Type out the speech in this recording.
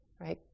right